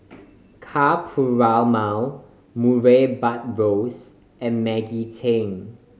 Ka Perumal Murray Buttrose and Maggie Teng